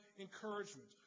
encouragement